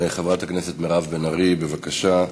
חברת הכנסת מירב בן ארי, בבקשה.